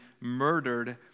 murdered